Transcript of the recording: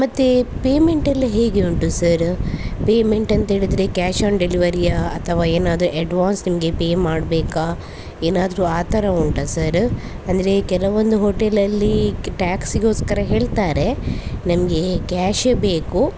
ಮತ್ತೆ ಪೇಮೆಂಟ್ ಎಲ್ಲ ಹೇಗೆ ಉಂಟು ಸರ ಪೇಮೆಂಟ್ ಅಂತೇಳಿದರೆ ಕ್ಯಾಶ್ ಆ್ಯನ್ ಡೆಲಿವರಿಯಾ ಅಥವಾ ಏನಾದರು ಅಡ್ವಾನ್ಸ್ ನಿಮಗೆ ಪೇ ಮಾಡಬೇಕಾ ಏನಾದರು ಆ ಥರ ಉಂಟಾ ಸರ ಅಂದರೆ ಕೆಲವೊಂದು ಹೋಟೆಲಲ್ಲಿ ಟ್ಯಾಕ್ಸ್ಗೋಸ್ಕರ ಹೇಳ್ತಾರೆ ನಮಗೆ ಕ್ಯಾಶೇ ಬೇಕು